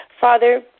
Father